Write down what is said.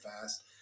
fast